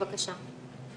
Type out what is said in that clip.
בבקשה.